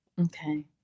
Okay